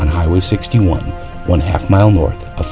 on highway sixty one one half mile north